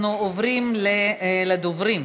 אנחנו עוברים לדוברים.